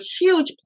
huge